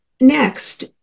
next